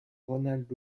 ronald